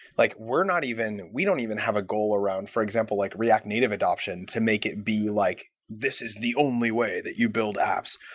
like we're not even we don't even have a goal around, for example, like react native adoption to make it be, like this is the only way that you build apps.